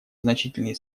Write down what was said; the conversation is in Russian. значительные